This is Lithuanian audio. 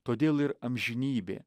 todėl ir amžinybė